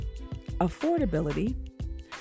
affordability